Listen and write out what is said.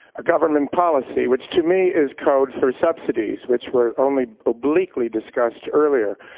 a government policy, which to me is code for subsidies, which were only obliquely discussed earlier,